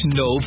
no